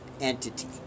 entity